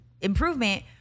improvement